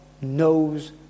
knows